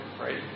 right